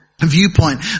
viewpoint